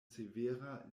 severa